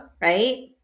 right